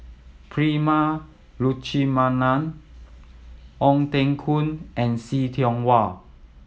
Prema Letchumanan Ong Teng Koon and See Tiong Wah